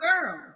girl